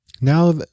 Now